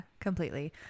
completely